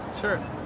Sure